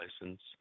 license